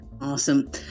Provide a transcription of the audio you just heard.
Awesome